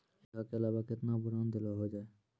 एक बीघा के अलावा केतना बोरान देलो हो जाए?